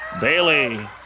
Bailey